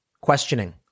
questioning